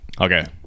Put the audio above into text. okay